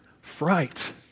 fright